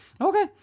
Okay